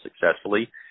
successfully